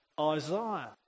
Isaiah